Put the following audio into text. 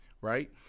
right